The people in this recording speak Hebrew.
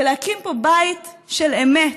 של להקים פה בית של אמת,